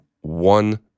one